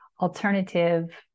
alternative